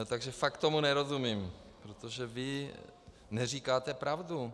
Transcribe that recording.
Takže fakt tomu nerozumím, protože vy neříkáte pravdu.